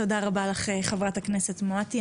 תודה רבה לך חברת הכנסת מואטי.